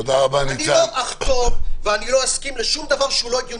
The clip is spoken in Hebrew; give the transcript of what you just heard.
אני לא אחתום ואני לא אסכים לשום דבר שהוא לא הגיוני,